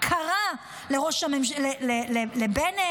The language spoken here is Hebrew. קרא לראש הממשלה לשעבר בנט,